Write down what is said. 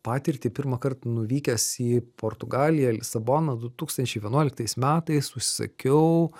patirtį pirmąkart nuvykęs į portugaliją lisaboną du tūkstančiai vienuoliktais metais užsisakiau